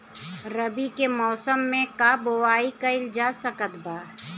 रवि के मौसम में का बोआई कईल जा सकत बा?